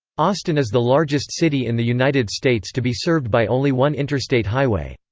austin is the largest city in the united states to be served by only one interstate highway.